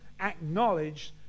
acknowledged